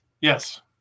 yes